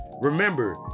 Remember